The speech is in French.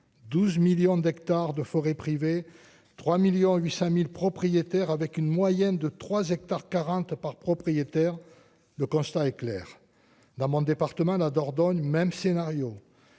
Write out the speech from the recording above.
12 millions d'hectares de forêts privées 3 1000000 800000 propriétaires avec une moyenne de 3 hectares 40 par propriétaire, le constat est clair dans mon département, la Dordogne, même scénario